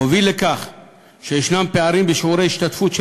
הוביל לכך שיש פערים בשיעורי ההשתתפות של